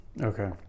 Okay